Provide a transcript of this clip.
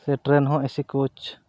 ᱥᱮ ᱴᱨᱮᱱ ᱦᱚᱸ ᱮᱥᱤ ᱠᱳᱪ